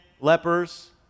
lepers